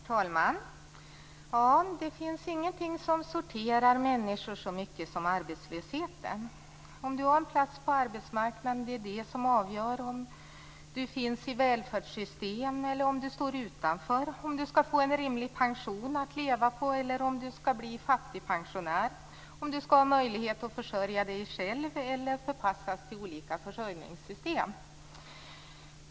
Herr talman! Det finns ingenting som sorterar människor så mycket som arbetslösheten. Det är om du har en plats på arbetsmarknaden som avgör om du finns med i välfärdssystem eller utanför, om du skall få en rimlig pension att leva på eller om du skall bli fattigpensionär, om du skall ha möjlighet att försörja dig själv eller förpassas till olika försörjningssystem.